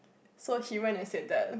so he went and said that